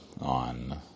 on